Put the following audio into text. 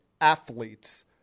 athletes